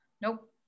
nope